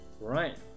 Right